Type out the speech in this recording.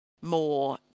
more